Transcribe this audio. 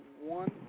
one